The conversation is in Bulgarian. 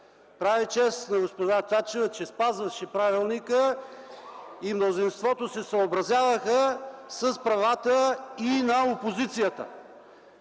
Прави чест на госпожа Цачева, че спазваше правилника и мнозинството се съобразяваше с правилата и на опозицията.